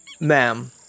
ma'am